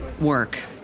work